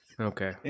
Okay